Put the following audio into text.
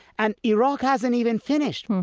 and iraq hasn't even finished.